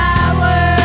Power